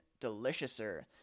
deliciouser